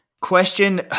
Question